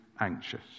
anxious